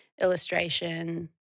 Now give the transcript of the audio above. illustration